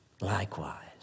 Likewise